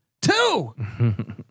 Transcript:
Two